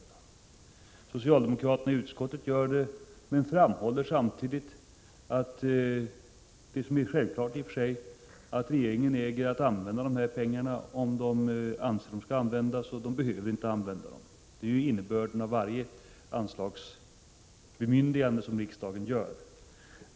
Detta gör också socialdemokraterna i utskottet, men de framhåller samtidigt det i och för sig självklara, att regeringen äger att använda de pengar det gäller om den anser att så skall ske, men att den inte behöver använda dem. Det är innebörden av varje anslagsbemyndigande som riksdagen gör.